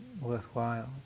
worthwhile